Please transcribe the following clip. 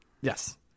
Yes